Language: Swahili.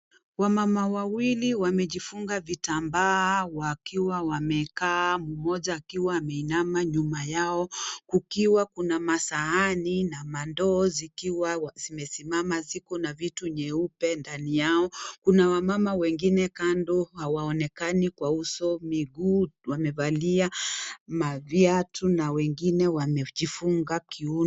Wamama wawili wamejifunga vitambaa, wakiwa wamekaa, mmoja akiwa ameinama nyuma yao, kukiwa kuna masahani na mandoo zikiwa zimesimama, ziko na vitu nyeupe ndani yao, kuna wamama wengine kando hawaonekani kwa uso, miguu wamevalia, maviatu na wengine wamejifunga kiuno.